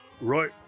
Right